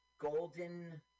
Golden